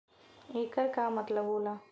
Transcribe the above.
येकर का मतलब होला?